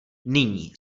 nyní